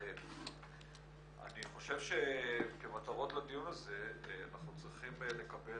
אני חושב שכמטרות לדיון הזה אנחנו צריכים לקבל